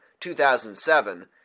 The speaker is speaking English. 2007